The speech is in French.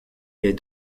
est